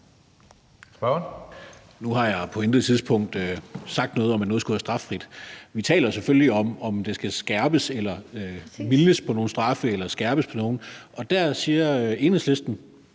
(LA): Nu har jeg på intet tidspunkt sagt noget om, at noget skulle være straffrit. Vi taler selvfølgelig om, om nogle straffe skal mildnes eller skærpes. Der siger Enhedslisten: